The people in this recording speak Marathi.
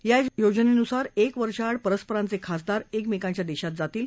या योजनेनुसार एक वर्षाआड परस्परांचे खासदार एकमेकांच्या देशात जातील